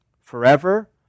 forever